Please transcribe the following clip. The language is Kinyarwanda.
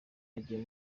yagiye